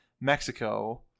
mexico